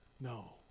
No